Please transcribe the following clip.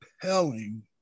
compelling